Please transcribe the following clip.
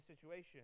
situation